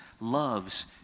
loves